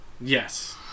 Yes